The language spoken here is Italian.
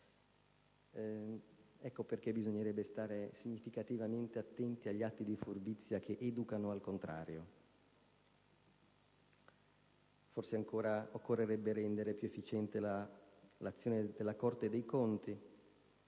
motivo, bisognerebbe stare significativamente attenti agli atti di furbizia che educano al contrario. Forse occorrerebbe rendere più efficiente l'azione della Corte dei conti